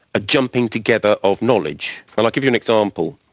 a jumping together of knowledge. i'll give you an example.